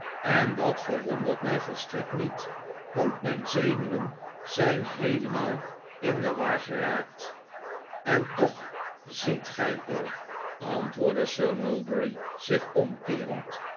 en dat verwondert mij volstrekt niet want mijn zenuwen zijn heelemaal in de war geraakt en toch ziet gij er antwoordde sir mulberry zich omkeerend